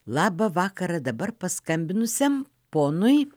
labą vakarą dabar paskambinusiam ponui